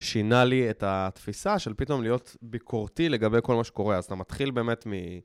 שינה לי את התפיסה של פתאום להיות ביקורתי לגבי כל מה שקורה. אז אתה מתחיל באמת מ...